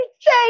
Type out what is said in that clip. say